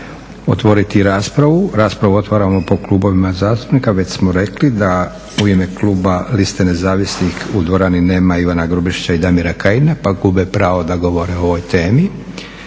otvoriti raspravu, raspravu otvaramo po klubovima zastupnika. Već smo rekli da u ime kluba Liste nezavisnih nema Ivana Grubišića i Damira Kajina pa gube pravo da govore o ovoj temi.